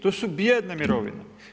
To su bijedne mirovine.